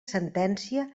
sentència